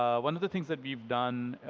one of the things we've done,